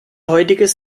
heutiges